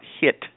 hit